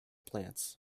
plants